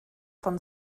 von